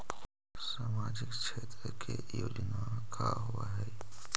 सामाजिक क्षेत्र के योजना का होव हइ?